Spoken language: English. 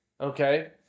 Okay